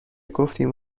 گفتیم